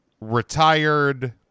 retired